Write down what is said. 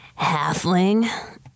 halfling